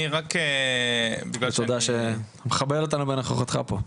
תודה שאתה מכבד אותנו בנוכחותך פה.